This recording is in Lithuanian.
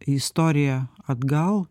istoriją atgal